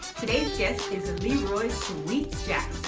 today's guest is leroy sweets yeah